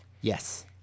Yes